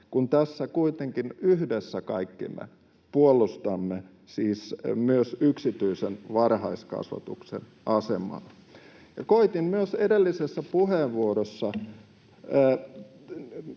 kun tässä kuitenkin yhdessä kaikki me puolustamme siis myös yksityisen varhaiskasvatuksen asemaa. Ja koitin myös edellisessä puheenvuorossa